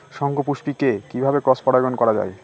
শঙ্খপুষ্পী কে কিভাবে ক্রস পরাগায়ন করা যায়?